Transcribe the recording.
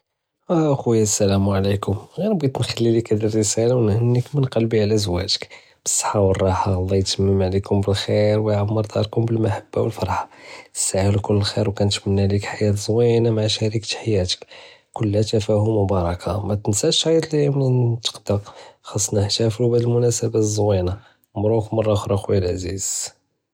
שלום סחבי כיף דאיר, بغيت נגול ליק בלי ענדי וקט ליומ פי דאר ו كنتשמנא תגדר תג'י נדיק ללغדה שי בלסה מזיאנה לראתשיה אנא מאוחרא, לג'ו זוויין ו למאקל בנינה, גאדי ניקון פרחאן נשתארק מעאכ אללהזה ו נדרדשו שויה עלג'דיד, עאטיני חבר באש נדזבטו לוקט ונטלקאו עלא חיר נשאללה ונתמנה תקון בכיר ו קנסנאק.